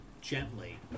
gently